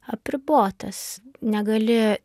apribotas negali